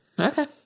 Okay